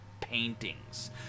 paintings